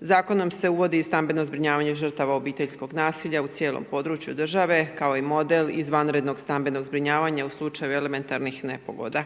Zakonom se uvodi i stambeno zbrinjavanje žrtava obiteljskog nasilja u cijelom području države kao i model izvanrednog stambenog zbrinjavanja u slučaju elementarnih nepogoda.